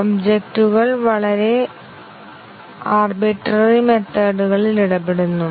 ഒബ്ജക്റ്റ്ക്കൾ വളരെ ആർബിട്രറി മെത്തേഡ്കളിൽ ഇടപെടുന്നു